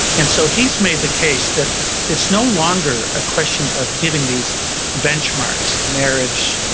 and so, he's made the case that it's no longer a question of hitting these benchmarks. marriage,